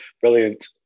Brilliant